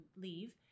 leave